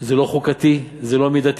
זה לא חוקתי, זה לא מידתי.